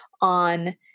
on